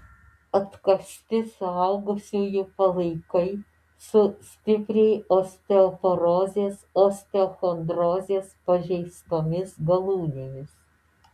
atkasti suaugusiųjų palaikai su stipriai osteoporozės osteochondrozės pažeistomis galūnėmis